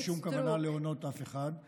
ולכן אין שום כוונה להונות אף אחד.